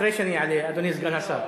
אחרי שאני אעלה, אדוני סגן השר.